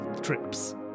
trips